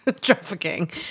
trafficking